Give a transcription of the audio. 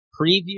preview